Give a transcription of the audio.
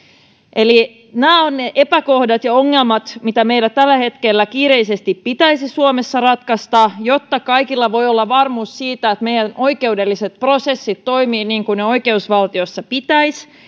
eli nämä ovat ne epäkohdat ja ongelmat mitä meillä tällä hetkellä kiireisesti pitäisi suomessa ratkaista jotta kaikilla voi olla varmuus siitä että meidän oikeudelliset prosessimme toimivat niin kuin niiden oikeusvaltiossa pitäisi